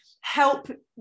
help